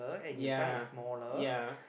yea yea